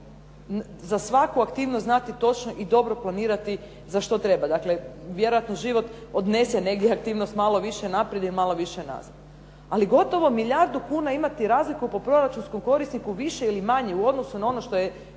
za svaku aktivnost znati točno i dobro planirati za što treba. Dakle, vjerojatno život odnese negdje aktivnost malo više naprijed ili malo više nazad. Ali gotovo milijardu kuna imat razliku po proračunskom korisniku više ili manje u odnosu na ono što je